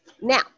Now